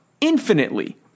infinitely